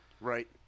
Right